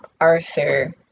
Arthur